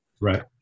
right